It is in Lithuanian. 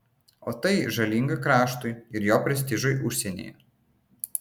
o tai žalinga kraštui ir jo prestižui užsienyje